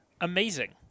Amazing